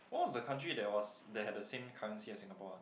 oh is a country that was that has the same currency as Singapore ah